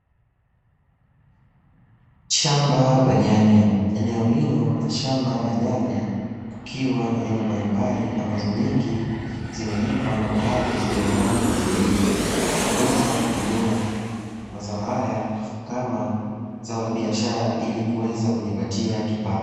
Shamba la nyanya, eneo hilo la shamba la nyanya kukiwa na nyanya mbalimbali ambazo nyingi zimeiva na baadhi zikiwa bado hazija iva, mkulima hutumia mazao haya kama zao la biashara ili kuweza kujipatia kipato.